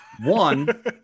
one